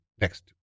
next